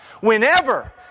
Whenever